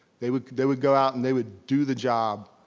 they would they would go out and they would do the job.